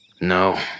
No